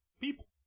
people